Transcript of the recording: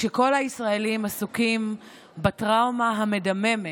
כשכל הישראלים עסוקים בטראומה המדממת